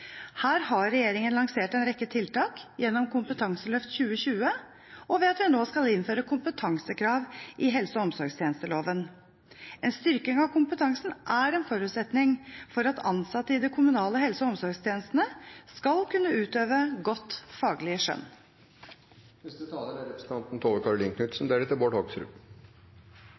Her har regjeringen lansert en rekke tiltak gjennom Kompetanseløft 2020 og ved at vi nå skal innføre kompetansekrav i helse- og omsorgstjenesteloven. En styrking av kompetansen er en forutsetning for at ansatte i de kommunale helse- og omsorgstjenestene skal kunne utøve godt faglig skjønn.